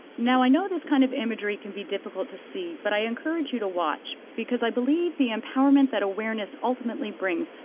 now i know this kind of imagery can be difficult to see, but i encourage you to watch, because i believe the empowerment that awareness ultimately brings,